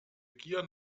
gier